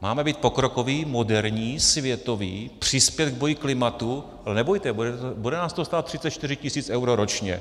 Máme být pokrokoví, moderní, světoví, přispět k boji klimatu no nebojte, bude nás to stát 34 tisíc eur ročně.